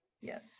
Yes